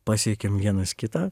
pasiekiam vienas kitą